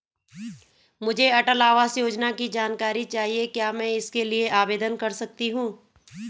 मुझे अटल आवास योजना की जानकारी चाहिए क्या मैं इसके लिए आवेदन कर सकती हूँ?